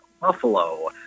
Buffalo